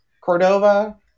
Cordova